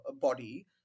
body